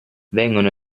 vengono